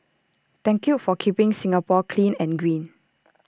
thank you for keeping Singapore clean and green